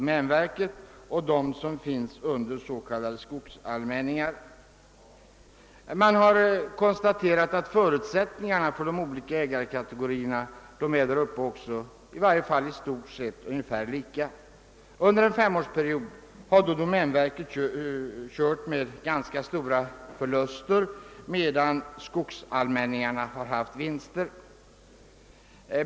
Denna utrednings resultat, vars riktighet har vitsordats från Norrland, visar att förutsättningarna för de olika ägarkategorierna där uppe är i stort sett lika. Under en femårsperiod har domänverket gjort ganska stora förluster på sin skog, medan skogsallmänningarna uppvisat vinster.